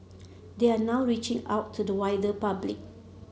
they are now reaching out to the wider public